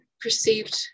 perceived